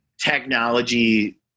technology